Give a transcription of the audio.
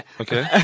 Okay